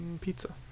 Pizza